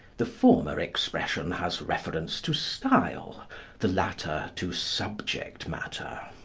the former expression has reference to style the latter to subject-matter.